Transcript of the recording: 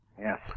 Yes